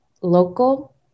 local